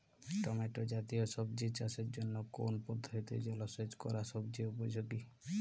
Tomato জাতীয় সবজি চাষের জন্য কোন পদ্ধতিতে জলসেচ করা সবচেয়ে উপযোগী?